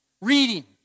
reading